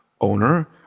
owner